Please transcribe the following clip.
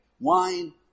Wine